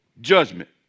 judgment